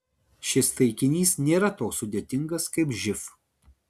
šis taikinys nėra toks sudėtingas kaip živ